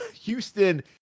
Houston